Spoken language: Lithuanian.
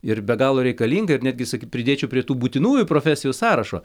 ir be galo reikalinga ir netgi saky pridėčiau prie tų būtinųjų profesijų sąrašo